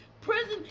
prison